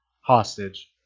hostage